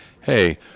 hey